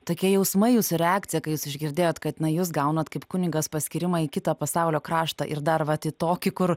tokie jausmai jūsų reakcija kai jūs išgirdėjot kad jūs gaunat kaip kunigas paskyrimą į kitą pasaulio kraštą ir dar vat į tokį kur